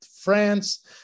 France